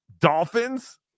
Dolphins